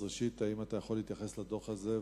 ראשית, האם אתה יכול להתייחס לדוח הזה?